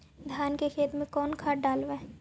धान के खेत में कौन खाद डालबै?